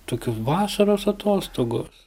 tokius vasaros atostogos